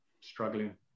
struggling